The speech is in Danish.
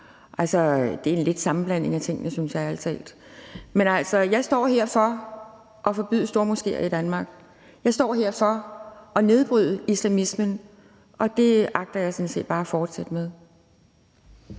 det er lidt en sammenblanding af tingene, synes jeg ærlig talt. Men jeg står her for at forbyde stormoskéer i Danmark, jeg står her for at nedbryde islamismen, og det agter jeg sådan set bare at fortsætte med.